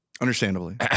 Understandably